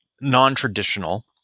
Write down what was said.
non-traditional